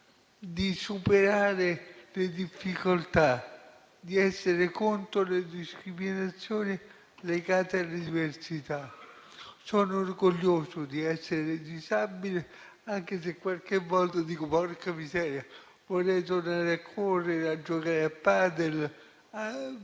di superare le difficoltà, di essere contro le discriminazioni legate alle diversità. Sono orgoglioso di essere disabile, anche se qualche volta mi dico che vorrei tornare a correre, a giocare a padel, ad